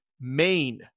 main